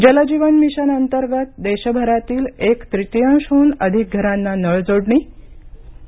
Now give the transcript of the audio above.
जलजीवन mission अंतर्गत देशभरातील एक तृतीयांशहून अधिक घरांना नळजोडणी आणि